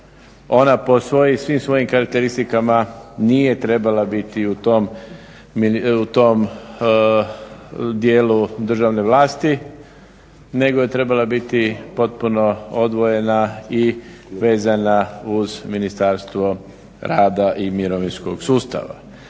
Ona po svojim svim karakteristikama nije trebala biti u tom dijelu državne vlasti nego je trebala biti potpuno odvojena i vezana uz Ministarstvo rada i mirovinskog sustava.